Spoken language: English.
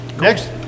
next